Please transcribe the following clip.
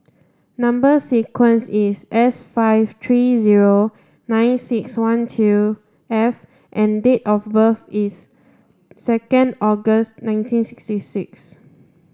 number sequence is S five three zero nine six one two F and date of birth is second August nineteen sixty six